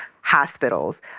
hospitals